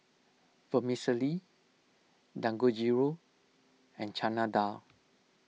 Vermicelli Dangojiru and Chana Dal